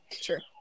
Sure